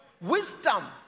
wisdom